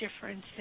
difference